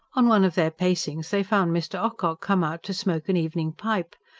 on one of their pacings they found mr. ocock come out to smoke an evening pipe.